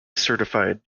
certified